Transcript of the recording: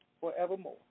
forevermore